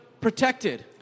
protected